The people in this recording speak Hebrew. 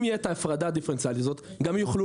אם יהיה את ההפרדה הדיפרנציאלית הזאת גם יוכלו